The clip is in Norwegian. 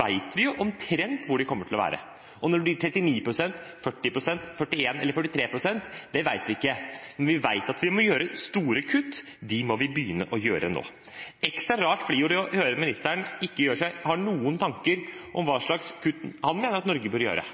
vet vi jo omtrent hvor de kommer til å være. Og når det blir 39 pst., 40 pst., 41 pst. eller 43 pst., det vet vi ikke, men vi vet at vi må gjøre store kutt, og de må vi begynne å gjøre nå. Ekstra rart blir det å høre at ministeren ikke gjør seg noen tanker om hva slags kutt han mener at Norge bør gjøre.